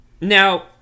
Now